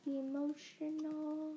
emotional